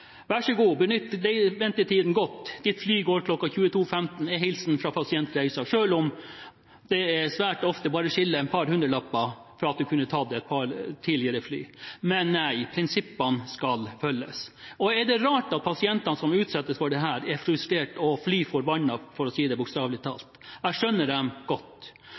er hilsenen fra Pasientreiser, selv om det svært ofte skiller bare et par hundrelapper fra at man kunne tatt et tidligere fly. Men nei, prinsippene skal følges. Er det rart at pasientene som utsettes for dette, er frustrerte og fly forbanna – bokstavelig talt? Jeg skjønner dem godt. Det virker som det ikke er